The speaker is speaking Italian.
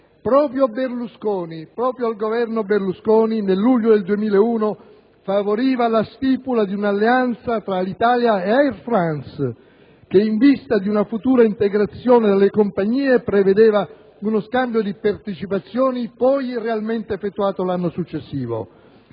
*articulo mortis*; proprio il Governo Berlusconi, nel luglio 2001, favoriva la stipula di un'alleanza tra Alitalia e Air France che, in vista di una futura integrazione delle compagnie, prevedeva uno scambio di partecipazioni, poi realmente effettuato l'anno successivo.